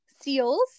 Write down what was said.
seals